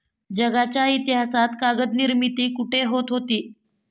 जगाच्या इतिहासात कागद निर्मिती कुठे होत होती?